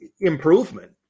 improvement